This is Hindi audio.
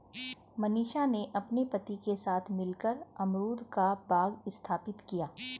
मनीषा ने अपने पति के साथ मिलकर अमरूद का बाग स्थापित किया